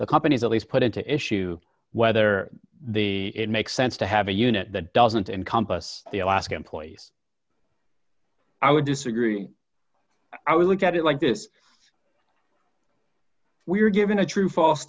the company's at least put into issue whether the it makes sense to have a unit that doesn't encompass the alaska employees i would disagree i would look at it like this we were given a true false